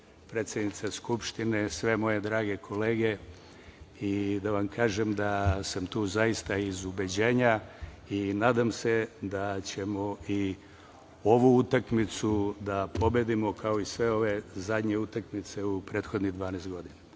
predsednica Skupštine, sve moje drage kolege i da vam kažem da sam tu zaista iz ubeđenja i nadam se da ćemo i ovu utakmicu da pobedimo kao i sve ove zadnje utakmice u prethodnih 12 godina.